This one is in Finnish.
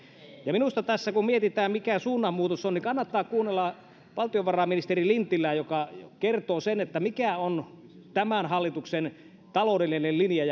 ja minusta tässä kun mietitään mikä suunnanmuutos on niin kannattaa kuunnella valtiovarainministeri lintilää joka kertoo sen mikä on tämän hallituksen taloudellinen linja